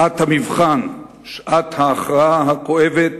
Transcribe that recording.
שעת המבחן, שעת ההכרעה הכואבת,